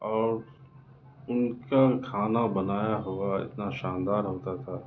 اور ان کا کھانا بنایا ہوا اتنا شاندار ہوتا تھا